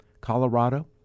Colorado